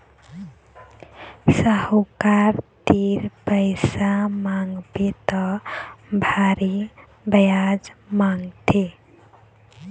साहूकार तीर पइसा मांगबे त भारी बियाज लागथे